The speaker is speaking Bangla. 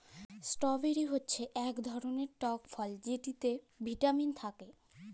ইস্টরবেরি হচ্যে ইক ধরলের টক ফল যেটতে ভিটামিল থ্যাকে